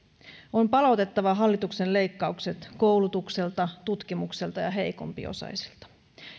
on palautettava hallituksen leikkaukset koulutukselta tutkimukselta ja heikompiosaisilta